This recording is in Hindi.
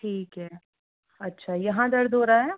ठीक है अच्छा यहाँ दर्द हो रहा है